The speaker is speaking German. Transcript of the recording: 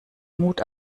mut